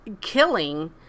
killing